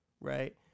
right